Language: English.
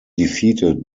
defeated